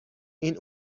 این